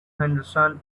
henderson